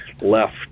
left